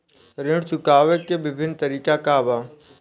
ऋण चुकावे के विभिन्न तरीका का बा?